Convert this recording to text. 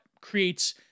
creates